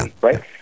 Right